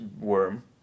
Worm